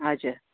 हजुर